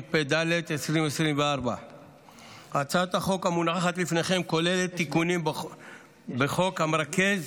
התשפ"ד 2024. הצעת החוק המונחת לפניכם כוללת תיקונים בחוק המרכז